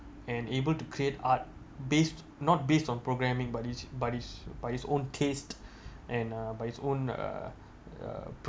and able to create art based not based on programming but is but is but its own taste and uh but its own uh uh